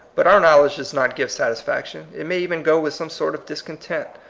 but our knowledge does not give satisfaction it may even go with some sort of discontent,